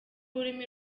ururimi